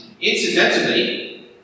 Incidentally